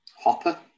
Hopper